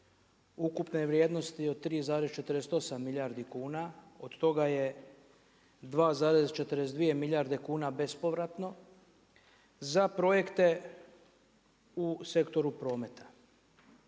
ukupne vrijednosti od 3,48 milijardi kuna. Od toga je 2,42 milijarde kuna bespovratno za projekte u sektoru prometa.